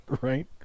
Right